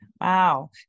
Wow